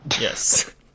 Yes